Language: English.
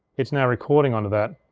it's now recording onto that.